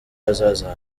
hazaza